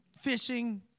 fishing